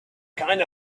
kind